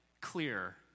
clear